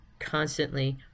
constantly